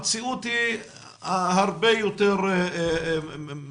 המציאות היא הרבה יותר בעייתית.